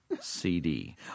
CD